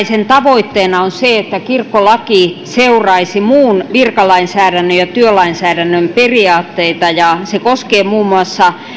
sen tavoitteena on se että kirkkolaki seuraisi muun virkalainsäädännön ja työlainsäädännön periaatteita ja se koskee muun muassa